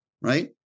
right